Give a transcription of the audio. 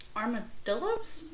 armadillos